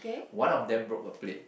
one of them broke a plate